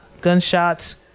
Gunshots